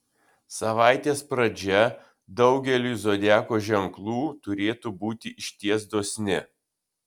savaitės pradžia daugeliui zodiako ženklų turėtų būti išties dosni